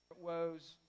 woes